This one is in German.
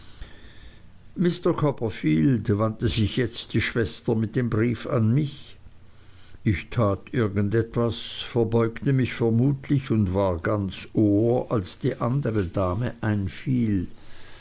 copperfield wandte sich jetzt die schwester mit dem brief an mich ich tat irgend etwas verbeugte mich vermutlich und war ganz ohr als die andere dame einfiel